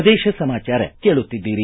ಪ್ರದೇಶ ಸಮಾಚಾರ ಕೇಳುತ್ತಿದ್ದೀರಿ